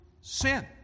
sin